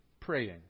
praying